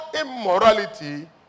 immorality